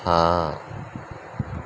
ہاں